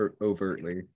overtly